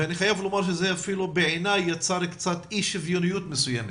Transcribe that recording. ואני חייב לומר שזה אפילו בעיני יצר קצת אי שוויוניות מסוימת,